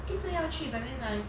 一直要去 but then like